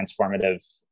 transformative